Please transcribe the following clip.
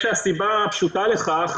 הסיבה הפשוטה לכך,